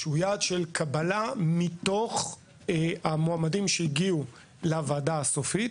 שהוא יעד של קבלה מתוך המועמדים שהגיעו לוועדה הסופית,